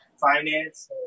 finance